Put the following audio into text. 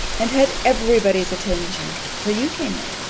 and had every body's attention, till you came in,